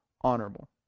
honorable